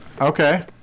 Okay